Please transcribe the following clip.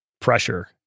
pressure